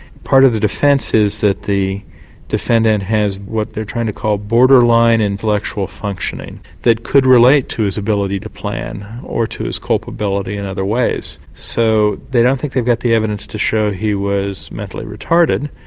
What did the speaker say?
part of the defence is that the defendant has what they are trying call borderline intellectual functioning that could relate to his ability to plan, or to his culpability in other ways. so they don't think they've got the evidence to show he was mentally retarded,